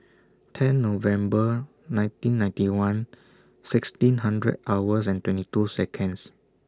ten November nineteen ninety one sixteen hundred hours and twenty two Seconds